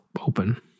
open